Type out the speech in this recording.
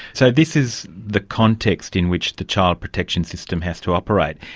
so this is the context in which the child protection system has to operate.